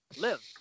Live